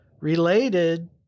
related